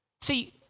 See